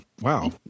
wow